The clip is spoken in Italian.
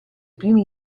primi